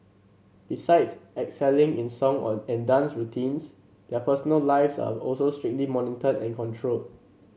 besides excelling in song and dance routines their personal lives are also strictly monitored and controlled